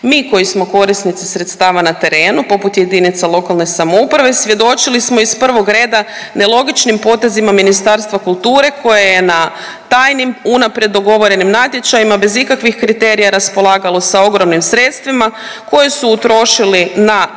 Mi koji smo korisnici sredstava na terenu poput jedinica lokalne samouprave, svjedočili smo iz prvog reda nelogičnim potezima Ministarstva kulture koje je na tajnim unaprijed dogovorenim natječajima bez ikakvih kriterija raspolagalo sa ogromnim sredstvima koje su utrošili na